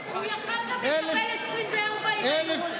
הוא היה יכול גם לקבל 24, אם היינו רוצים.